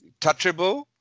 touchable